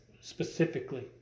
specifically